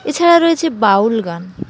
এছাড়া রয়েছে বাউল গান